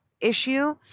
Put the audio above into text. issue